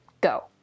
go